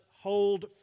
hold